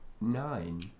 Nine